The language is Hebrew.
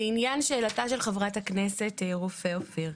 לשאלתה של חברת הכנסת רופא אופיר,